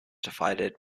divided